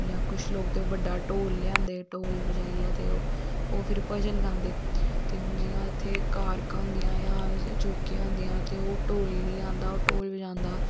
जां कुछ लोग ते बड्डा ढोल लेई आंदे ढोल बजाइयै ते ओह् फिर भजन गांदे ते हून जियां इत्थै कारकां होंदियां जां चौकियां होंदियां ते ओह् ढोली आंदा ओह् ढोल बजांदा